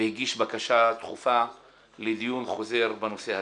והגיש בקשה דחופה לדיון חוזר בנושא הזה.